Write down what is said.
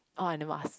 oh I never ask